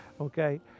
Okay